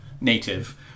native